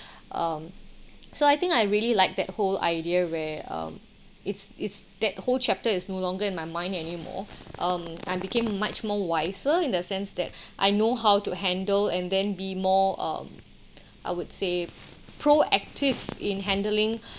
um so I think I really like that whole idea where um it's it's that whole chapter is no longer in my mind anymore um I became much more wiser in the sense that I know how to handle and then be more um I would say proactive in handling